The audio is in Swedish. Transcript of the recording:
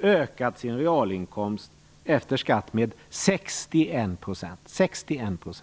ökat sin realinkomst efter skatt med 61 % under samma period.